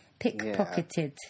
Pickpocketed